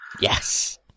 yes